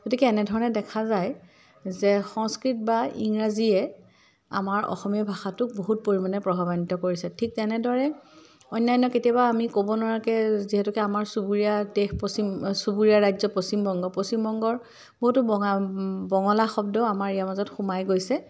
গতিকে এনেধৰণে দেখা যায় যে সংস্কৃত বা ইংৰাজীয়ে আমাৰ অসমীয়া ভাষাটোক বহুত পৰিমাণে প্ৰভাৱান্ৱিত কৰিছে ঠিক তেনেদৰে অনান্য কেতিয়াবা আমি ক'ব নোৱাৰাকৈ যিহেতুকে আমাৰ চুবুৰীয়া দেশ পশ্চিম চুবুৰীয়া ৰাজ্য পশ্চিম বংগ পশ্চিম বংগৰ বহুতো বঙা বঙলা শব্দ আমাৰ ইয়াৰ মাজত সোমাই গৈছে